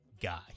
guy